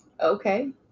Okay